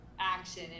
action